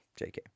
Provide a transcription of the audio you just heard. JK